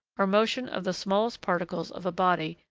or motion of the smallest particles of a body,